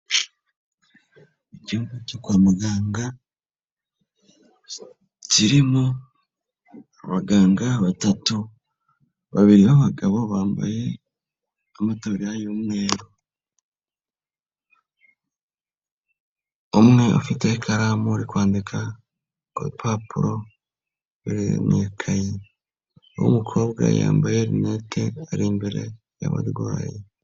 Icyumba cyo kwa muganga kirimo abaganga batatu, babiri b'abagabo bambaye amatabriya y'umweru, umwe afite ikaramu yo kwandika kurupapuro ruri mu ikaye. Uw'umukobwa yambaye linete ari imbere y'ababarwayi.